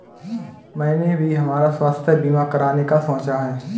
मैंने भी हमारा स्वास्थ्य बीमा कराने का सोचा है